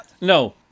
No